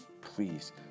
Please